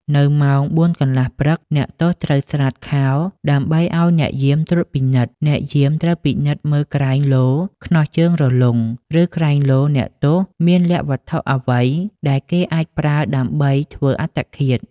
នៅម៉ោងបួនកន្លះព្រឹក អ្នកទោសត្រូវស្រាតខោដើម្បីឱ្យអ្នកយាមត្រួតពិនិត្យ អ្នកយាមត្រូវពិនិត្យមើលក្រែង លោខ្នោះជើងរលុង ឬក្រែងលោអ្នកទោសមានលាក់វត្ថុអ្វីដែលគេអាចប្រើដើម្បីធ្វើអត្តឃាត ។